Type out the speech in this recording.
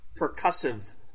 percussive